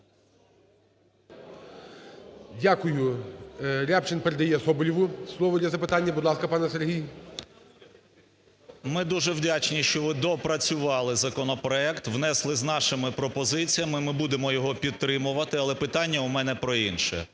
Дякую. Рябчин передає Соболєву слово для запитання. Будь ласка, пане Сергій. 13:40:15 СОБОЛЄВ С.В. Ми дуже вдячні, що ви доопрацювали законопроект, внесли з нашими пропозиціями. Ми будемо його підтримувати. Але питання у мене про інше.